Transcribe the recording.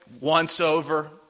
once-over